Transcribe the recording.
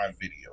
video